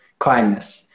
Kindness